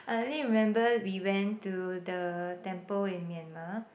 I only remember we went to the temple in Myanmar